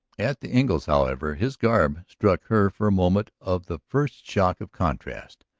at the engles', however, his garb struck her for a moment of the first shock of contrast,